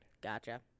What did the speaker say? Gotcha